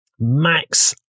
Max